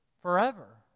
forever